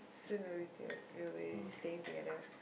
soon we'll be toget~ we'll be staying together